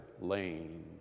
lane